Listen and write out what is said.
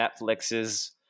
Netflix's